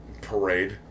Parade